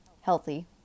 healthy